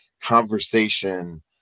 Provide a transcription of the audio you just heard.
conversation